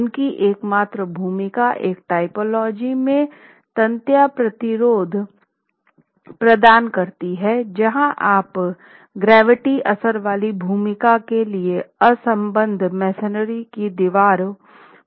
उनकी एकमात्र भूमिका एक टाइपोलॉजी में तन्यता प्रतिरोध प्रदान करती है जहां आप गुरुत्वाकर्षण असर वाली भूमिका के लिए असंबद्ध मेसनरी की दीवारों पर निर्भर होते है